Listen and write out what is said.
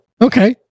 Okay